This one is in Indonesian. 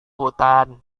hutan